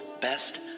best